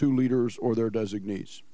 two leaders or their designate